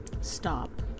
stop